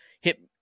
hit –